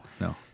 no